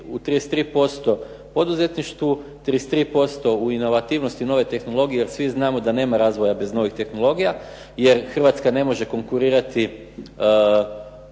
u 33% poduzetništvu, 33% u inovativnosti nove tehnologije, jer svi znamo da nema razvoja bez novih tehnologija, jer Hrvatska ne može konkurirati